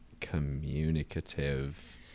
communicative